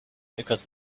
because